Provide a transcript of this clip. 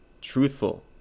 truthful